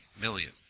million